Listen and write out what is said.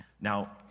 Now